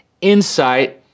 insight